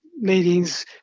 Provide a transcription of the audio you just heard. meetings